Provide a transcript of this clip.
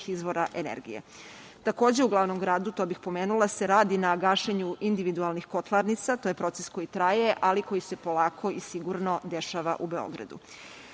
izvora energije. Takođe, u glavnom gradu, to bih pomenula, se radi na gašenju individualnih kotlarnica, to je proces koji traje, ali koji se polako i sigurno dešava u Beogradu. Sporazum